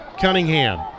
Cunningham